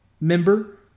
member